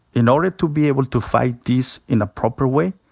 in order to be able to fight this in a proper way,